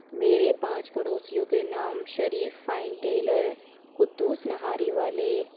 میرے پانچ پڑوسیوں کے نام شریف فائن ٹیلر قدوس نہاری والے